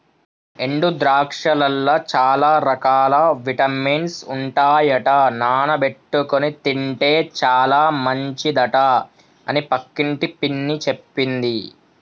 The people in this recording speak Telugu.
ఎండు ద్రాక్షలల్ల చాల రకాల విటమిన్స్ ఉంటాయట నానబెట్టుకొని తింటే చాల మంచిదట అని పక్కింటి పిన్ని చెప్పింది